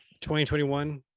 2021